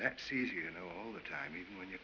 that sees you know all the time even when you're